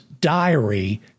diary